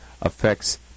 affects